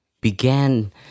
began